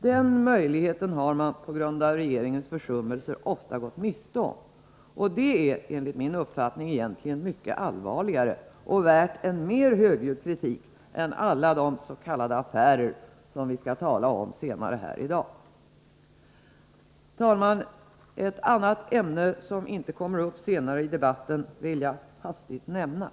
Den möjligheten har man på grund av regeringens försummelse ofta gått miste om, och det är enligt min uppfattning egentligen mycket allvarligare och värt en mer högljudd kritik än alla de s.k. affärer som vi skall tala om senare här i dag. Herr talman! Ett annat ämne som inte kommer upp senare i dag vill jag hastigt beröra.